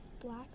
black